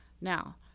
Now